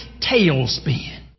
tailspin